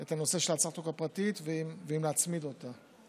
את הנושא של הצעת החוק הפרטית ואם להצמיד אותה.